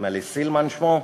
סילמן שמו,